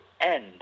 end